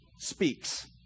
speaks